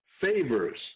favors